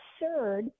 absurd